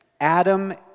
Adam